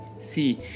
see